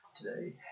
today